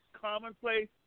commonplace